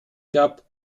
club